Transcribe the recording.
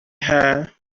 her